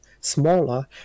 smaller